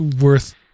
worth